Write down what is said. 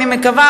אני מקווה,